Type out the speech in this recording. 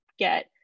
get